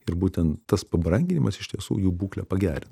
ir būtent tas pabranginimas iš tiesų jų būklę pagerin